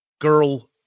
Girl